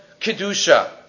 Kedusha